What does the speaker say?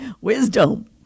Wisdom